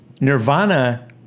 Nirvana